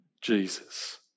Jesus